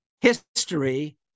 history